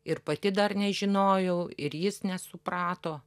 ir pati dar nežinojau ir jis nesuprato